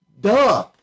Duh